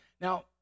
now